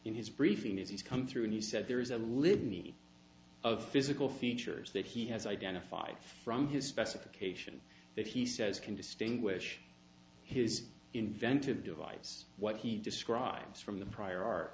in his briefing as he's come through and he said there is a litany of physical features that he has identified from his specification that he says can distinguish his inventive device what he describes from the prior ar